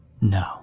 No